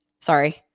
Sorry